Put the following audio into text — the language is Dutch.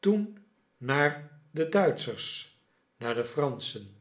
toen naar de duitschers naar de franschen